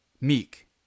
Meek